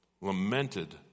lamented